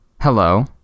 hello